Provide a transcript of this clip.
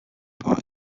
part